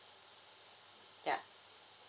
yeah